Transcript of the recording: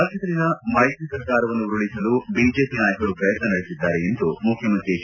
ರಾಜ್ವದಲ್ಲಿನ ಮೈತ್ರಿ ಸರ್ಕಾರವನ್ನು ಉರುಳಿಸಲು ಬಿಜೆಪಿ ನಾಯಕರು ಪ್ರಯತ್ನ ನಡೆಸಿದ್ದಾರೆ ಎಂದು ಮುಖ್ವಮಂತ್ರಿ ಎಚ್